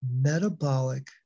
metabolic